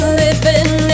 living